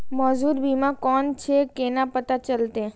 मौजूद बीमा कोन छे केना पता चलते?